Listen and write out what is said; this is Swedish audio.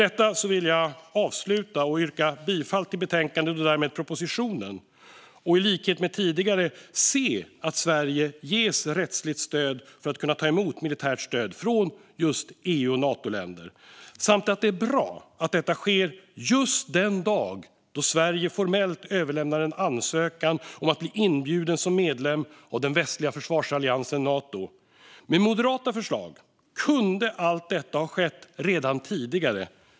Jag vill avsluta med att yrka bifall till förslaget i betänkandet och därmed propositionen och vill i likhet med tidigare se att Sverige ges rättsligt stöd för att kunna ta emot militärt stöd från just EU och Natoländer. Det är bra att detta sker just den dag då Sverige formellt överlämnar en ansökan om att bli inbjuden som medlem av den västliga försvarsalliansen Nato. Med moderata förslag kunde allt detta ha skett redan tidigare.